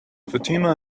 fatima